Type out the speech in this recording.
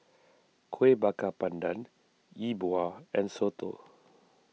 Kuih Bakar Pandan Yi Bua and Soto